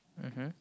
mmhmm